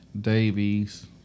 Davies